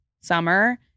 summer